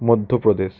Madhya Pradesh